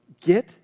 get